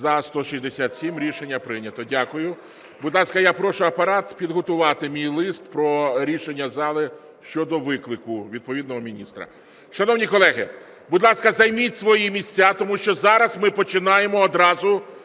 За-167 Рішення прийнято. Дякую. Будь ласка, я прошу Апарат підготувати мій лист про рішення зали щодо виклику відповідного міністра. Шановні колеги, будь ласка, займіть свої місця, тому що зараз ми починаємо одразу